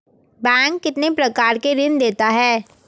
Bank कितने प्रकार के ऋण देता है?